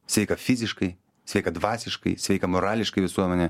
sveiką fiziškai sveika dvasiškai sveiką morališkai visuomenę